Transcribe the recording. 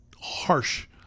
harsh